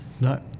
No